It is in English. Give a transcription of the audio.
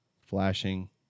flashing